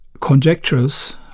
conjectures